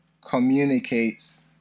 communicates